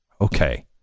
Okay